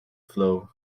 flow